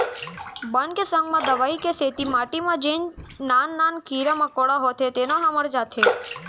बन के संग म दवई के सेती माटी म जेन नान नान कीरा मकोड़ा होथे तेनो ह मर जाथें